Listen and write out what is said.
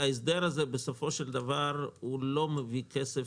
ההסדר הזה בסופו של דבר לא מביא כסף